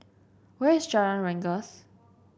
where is Jalan Rengas